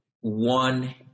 one